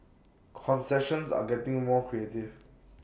concessions are getting more creative